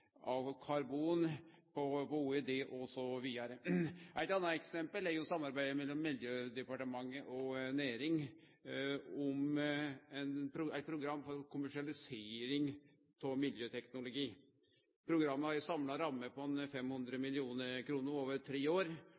av karbon på Olje- og energidepartementet sitt budsjett osv. Eit anna eksempel er samarbeidet mellom Miljøverndepartementet og Næringsdepartementet om eit program for kommersialisering av miljøteknologi. Programmet har ei samla ramme på 500 mill. kr over tre år,